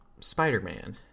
Spider-Man